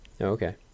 okay